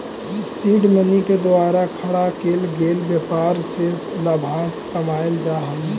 seed money के द्वारा खड़ा केल गेल व्यापार से लाभांश कमाएल जा हई